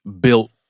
built